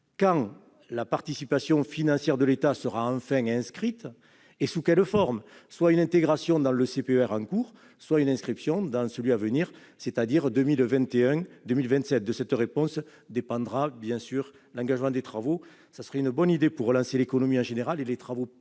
quand la participation financière de l'État sera enfin inscrite et sous quelle forme : soit une intégration dans le CPER en cours, soit une inscription dans celui qui est à venir, c'est-à-dire celui de la période 2021-2027 ? De cette réponse dépendra, bien sûr, l'engagement des travaux. Ce serait une bonne idée pour relancer l'économie en général, les travaux